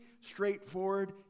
straightforward